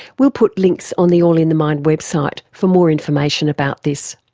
we'll put links on the all in the mind website for more information about this.